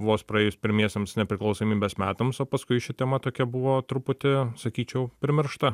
vos praėjus pirmiesiems nepriklausomybės metams paskui ši tema tokia buvo truputį sakyčiau primiršta